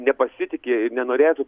nepasitiki ir nenorėtų